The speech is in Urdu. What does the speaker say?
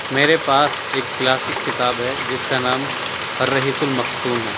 میرے پاس ایک کلاسک کتاب ہے جِس کا نام الرحیق المختوم ہے